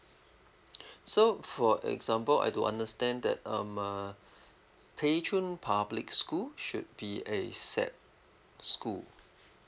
so for example I don't understand that um uh pei chun public school should be a SAP school